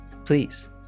Please